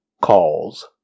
calls